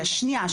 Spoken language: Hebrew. השנייה,